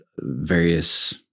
various